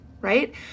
right